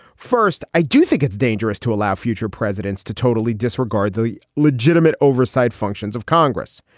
first, i do think it's dangerous to allow future presidents to totally disregard the legitimate oversight functions of congress,